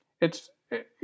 It's-